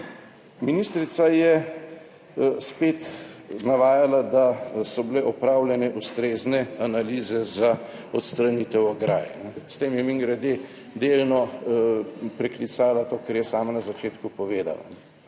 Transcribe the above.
Ministrica je spet navajala, da so bile opravljene ustrezne analize za odstranitev ograje. S tem je mimogrede delno preklicala to, kar je sama na začetku povedala.